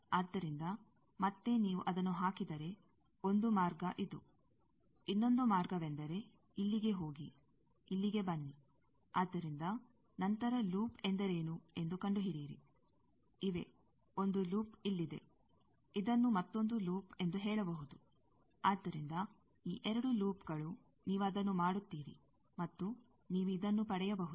ಆದ್ದರಿಂದ ಮತ್ತೆ ನೀವು ಅದನ್ನು ಹಾಕಿದರೆ ಒಂದು ಮಾರ್ಗ ಇದು ಇನ್ನೊಂದು ಮಾರ್ಗವೆಂದರೆ ಇಲ್ಲಿಗೆ ಹೋಗಿ ಇಲ್ಲಿಗೆ ಬನ್ನಿ ಆದ್ದರಿಂದ ನಂತರ ಲೂಪ್ ಎಂದರೇನು ಎಂದು ಕಂಡುಹಿಡಿಯಿರಿ ಇವೆ ಒಂದು ಲೂಪ್ ಇಲ್ಲಿದೆ ಇದನ್ನು ಮತ್ತೊಂದು ಲೂಪ್ ಎಂದು ಹೇಳಬಹುದು ಆದ್ದರಿಂದ ಈ ಎರಡು ಲೂಪ್ಗಳು ನೀವು ಅದನ್ನು ಮಾಡುತ್ತೀರಿ ಮತ್ತು ನೀವು ಇದನ್ನು ಪಡೆಯಬಹುದು